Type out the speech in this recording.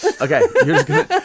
Okay